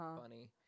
funny